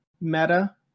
Meta